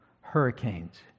hurricanes